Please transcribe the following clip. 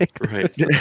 Right